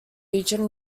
region